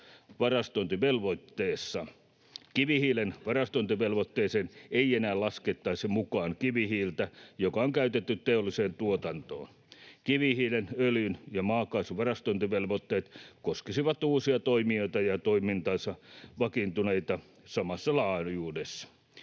varastointivelvoitteessa. Kivihiilen varastointivelvoitteeseen ei enää laskettaisi mukaan kivihiiltä, joka on käytetty teolliseen tuotantoon. Kivihiilen, öljyn ja maakaasun varastointivelvoitteet koskisivat uusia toimijoita ja toimintansa vakiinnuttaneita samassa laajuudessa.